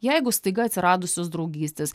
jeigu staiga atsiradusios draugystės